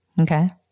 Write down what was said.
Okay